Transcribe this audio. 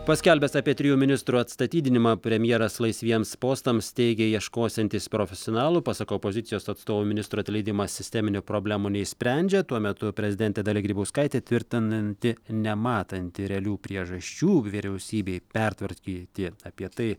paskelbęs apie trijų ministrų atstatydinimą premjeras laisviems postams teigė ieškosiantis profesionalų pasak opozicijos atstovo ministrų atleidimas sisteminių problemų neišsprendžia tuo metu prezidentė dalia grybauskaitė tvirtinanti nematanti realių priežasčių vyriausybei pertvarkyti tiek apie tai